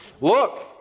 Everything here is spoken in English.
Look